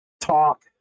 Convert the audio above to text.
talk